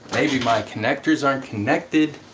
maybe my connectors aren't connected